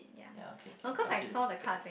ya okay okay I'll pass you the jacket